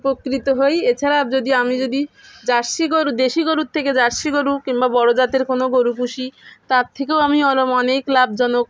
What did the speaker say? উপকৃত হই এছাড়া যদি আমি যদি জার্সি গরু দেশি গরুর থেকে জার্সি গরু কিংবা বড়ো জাতের কোনো গরু পুশি তার থেকেও আমি অনেক লাভজনক